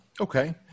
Okay